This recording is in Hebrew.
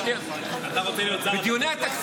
אתה רוצה להיות שר הדתות?